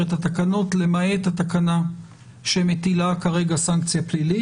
את התקנות למעט התקנה שמטילה כרגע סנקציה פלילית.